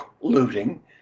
looting